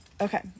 Okay